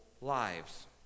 lives